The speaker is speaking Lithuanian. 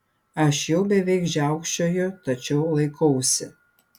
aš jau beveik žiaukčioju tačiau laikausi